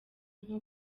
nko